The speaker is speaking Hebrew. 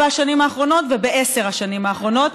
השנים האחרונות ובעשר השנים האחרונות.